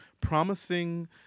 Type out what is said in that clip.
promising